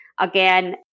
Again